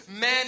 man